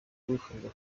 wifuza